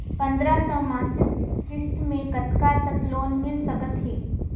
पंद्रह सौ मासिक किस्त मे कतका तक लोन मिल सकत हे?